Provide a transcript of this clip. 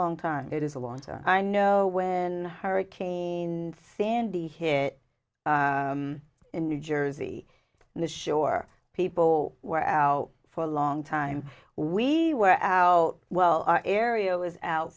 long time it is a long i know when hurricane sandy hit in new jersey and the shore people were out for a long time we were out well our area was out